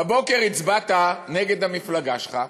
בבוקר הצבעת נגד המפלגה שלך,